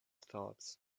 thoughts